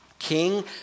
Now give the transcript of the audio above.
King